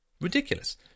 Ridiculous